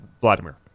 Vladimir